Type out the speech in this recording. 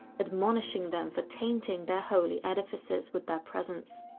admonishing them for tainting their holy edifices with their presence.